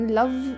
love